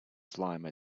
slime